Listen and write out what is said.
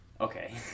Okay